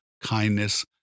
kindness